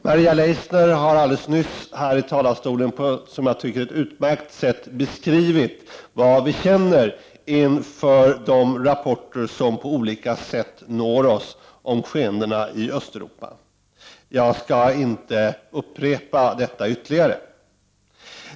Maria Leissner har alldeles nyss här i talarstolen på ett enligt min mening utmärkt sätt beskrivit vad vi känner inför de rapporter som på olika sätt når oss om skeendena i Östeuropa. Jag skall inte upprepa detta ytterligare en gång.